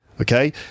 Okay